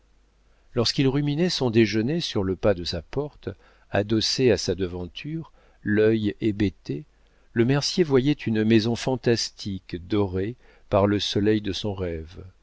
lorsqu'il ruminait son déjeuner sur le pas de sa porte adossé à sa devanture l'œil hébété le mercier voyait une maison fantastique dorée par le soleil de son rêve